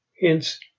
Hence